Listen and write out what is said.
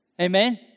Amen